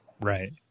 Right